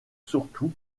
surtout